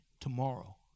Tomorrow